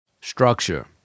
Structure